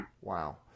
Wow